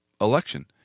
Election